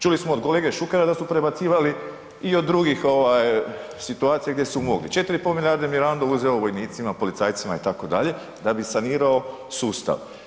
Čuli smo od kolege Šukera da su prebacivali i od drugih situacija gdje su mogli, 4,5 milijarde je Mirando uzeo vojnicima, policajcima itd., da bi sanirao sustav.